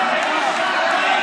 בושה.